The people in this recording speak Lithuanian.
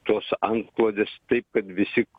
tos antklodės taip kad visi